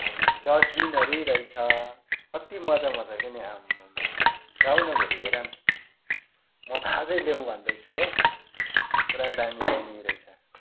अनि डस्बिनहरू नै रहेछ कति मज्जा मज्जाको नि आम्ममा जाऊ न भोलि हेर न म त अझै ल्याउँ भन्दैछु हो पुरा दामी दामी रहेछ